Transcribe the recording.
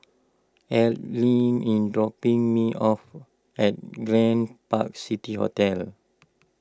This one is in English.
Adline in dropping me off at Grand Park City hotel